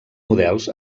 models